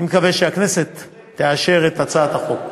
אני מקווה שהכנסת תאשר את הצעת החוק.